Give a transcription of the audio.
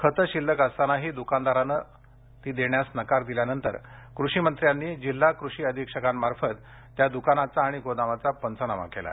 खते शिल्लक असतानाही दुकानदाराने देण्यास नकार दिल्यानंतर कृषिमंत्र्यांनी जिल्हा कृषि अधीक्षकांमार्फत त्या दुकानाचा आणि गोदामाचा पंचनामा केला